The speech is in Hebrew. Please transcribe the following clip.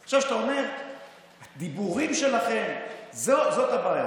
עכשיו, כשאתה אומר "הדיבורים שלכם", זו הבעיה.